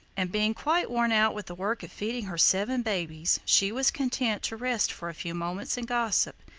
and being quite worn out with the work of feeding her seven babies, she was content to rest for a few moments and gossip.